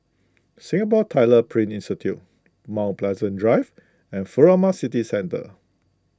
Singapore Tyler Print Institute Mount Pleasant Drive and Furama City Centre